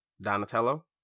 Donatello